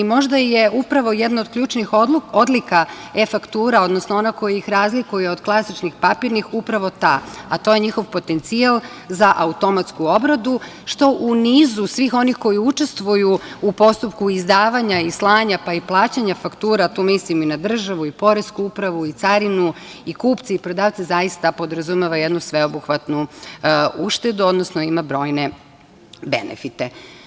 Možda je upravo jedna od ključnih odluka eFaktura, odnosno ona koja ih razlikuje od klasičnih papirnih, upravo ta, a to je njihov potencijal za automatsku obradu, što u nizu svih onih koji učestvuju u postupku izdavanja i slanja, pa i plaćanja faktura, tu mislim i na državu i na poresku upravu i carinu i kupce i prodavce, zaista podrazumeva jednu sveobuhvatnu uštedu, odnosno ima brojne benefite.